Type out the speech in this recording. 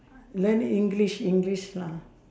learn english english lah